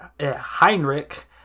Heinrich